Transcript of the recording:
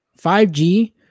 5G